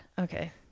Okay